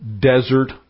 desert